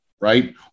right